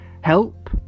help